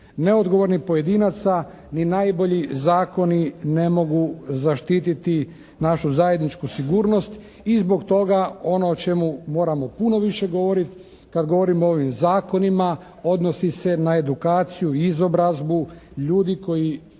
neodgovornih pojedinaca. Ni najbolji zakoni ne mogu zaštititi našu zajedničku sigurnost i zbog toga ono o čemu moramo puno više govoriti kad govorimo o ovim zakonima odnosi se na edukaciju i izobrazbu ljudi koji